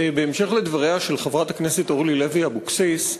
בהמשך לדבריה של חברת הכנסת אורלי לוי אבקסיס,